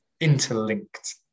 interlinked